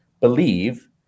believe